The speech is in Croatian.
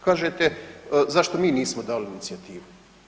Kažete zašto mi nismo dali inicijativu.